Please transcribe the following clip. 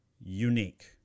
unique